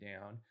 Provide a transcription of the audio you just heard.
down